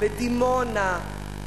בדימונה,